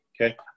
Okay